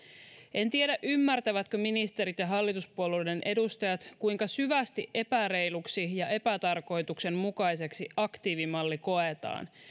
en tiedä ymmärtävätkö ministerit ja hallituspuolueiden edustajat kuinka syvästi epäreiluksi ja epätarkoituksenmukaiseksi aktiivimalli koetaan